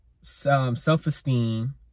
self-esteem